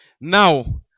Now